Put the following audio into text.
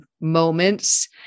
moments